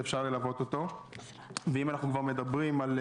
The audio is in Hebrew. ואם הם חייבים בחקיקה